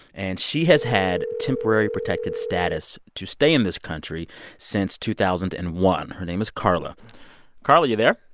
and she has had temporary protected status to stay in this country since two thousand and one. her name is carla carla, you there?